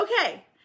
okay